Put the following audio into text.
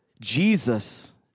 Jesus